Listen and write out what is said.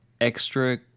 extra